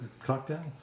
Cocktail